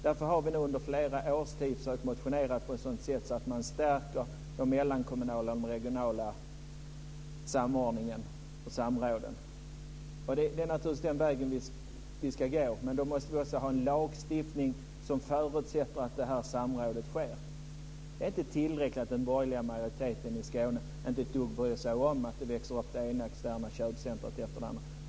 Därför har vi nu under flera års tid försökt motionera på ett sådant sätt att man stärker den mellankommunala och den regionala samordningen och samråden. Det är naturligtvis den vägen som vi ska gå, men då måste vi också ha en lagstiftning som förutsätter att detta samråd sker. Det är inte tillräckligt att man i den borgerliga majoriteten i Skåne inte bryr sig ett dugg om att det ena externa köpcentrumet efter det andra växer upp.